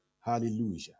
Hallelujah